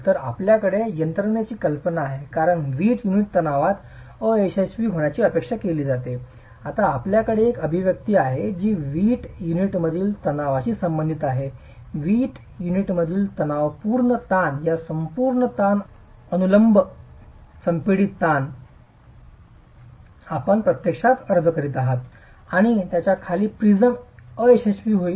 तर आपल्याकडे यंत्रणेची कल्पना आहे कारण वीट युनिट तणावात अयशस्वी होण्याची अपेक्षा केली जाते आता आपल्याकडे एक अभिव्यक्ती आहे जी वीट युनिटमधील तणावाशी संबंधित आहे वीट युनिटमधील तणावपूर्ण ताण या संपूर्ण ताण अनुलंब संपीडित ताण आपण प्रत्यक्षात अर्ज करीत आहात आणि ज्याच्या खाली प्रिज्म अयशस्वी होईल